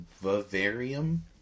vivarium